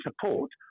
support